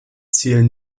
ziel